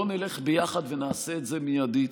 בוא נלך ביחד ונעשה את זה מיידית.